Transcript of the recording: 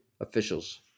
officials